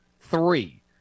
three